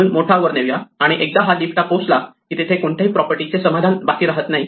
म्हणून मोठा वर नेऊ या आणि एकदा हा लीफ ला पोहोचला की तिथे कोणत्याही प्रॉपर्टीचे समाधान बाकी राहत नाही